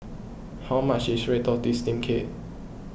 how much is Red Tortoise Steamed Cake